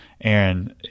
Aaron